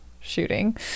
shooting